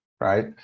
right